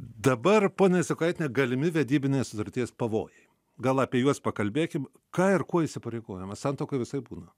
dabar poniae izokaitiene galimi vedybinės sutarties pavojai gal apie juos pakalbėkim ką ir kuo įsipareigojama santuokoj visaip būna